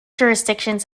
jurisdictions